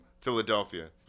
Philadelphia